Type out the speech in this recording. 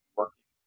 working